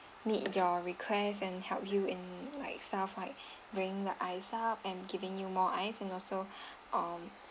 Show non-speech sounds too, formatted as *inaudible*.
meet your request and help you in like stuff like bring the ice up and giving you more ice and also *breath* um